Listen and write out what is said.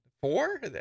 four